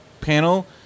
panel